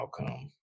outcome